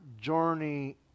journey